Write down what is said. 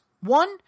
One